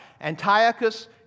Antiochus